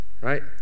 right